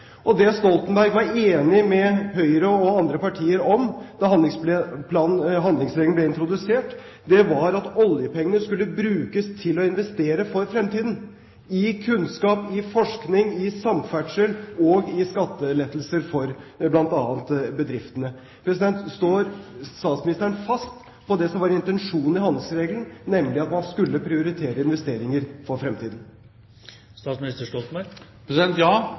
Det Stoltenberg var enig med Høyre og andre partier i da handlingsregelen ble introdusert, var at oljepengene skulle brukes til å investere for fremtiden – i kunnskap, i forskning, i samferdsel og i skattelettelser for bl.a. bedriftene. Står statsministeren fast på det som var intensjonen med handlingsregelen, nemlig at man skulle prioritere investeringer for fremtiden?